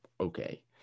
Okay